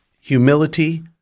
humility